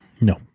No